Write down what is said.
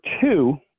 two